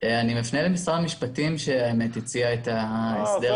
אני מפנה למשרד המשפטים שהציע את ההצעה.